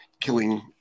killing